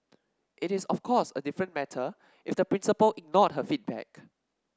it is of course a different matter if the principal ignored her feedback